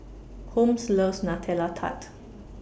Holmes loves Nutella Tart